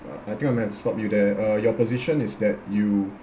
I think I'm going to stop you there uh your position is that you